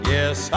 Yes